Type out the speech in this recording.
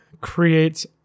creates